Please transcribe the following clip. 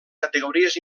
categories